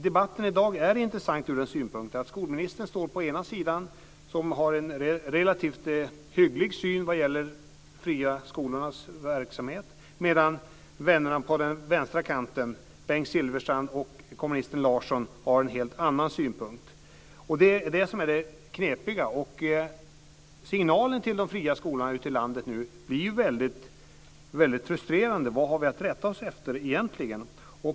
Debatten i dag är intressant såtillvida att skolministern står på den ena sidan. Hon har en relativt hygglig syn på de fria skolornas verksamhet. Vännerna på den vänstra kanten - Bengt Silfverstrand och kommunisten Larsson - däremot har en helt annan syn. Det är det som är det knepiga. Signalen till de fria skolorna ute i landet blir nu väldigt frustrerande. Vad har vi egentligen att rätta oss efter?